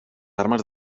armes